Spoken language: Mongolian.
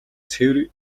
цэвэр